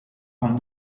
con